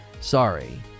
Sorry